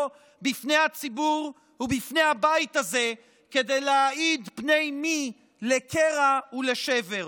בפני הציבור ובפני הבית הזה כדי להעיד פני מי לקרע ולשבר.